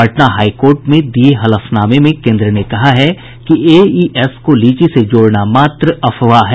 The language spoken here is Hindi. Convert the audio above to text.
पटना हाई कोर्ट में दिये हलफनामे में केन्द्र ने कहा है कि एईएस को लीची से जोड़ना मात्र अफवाह है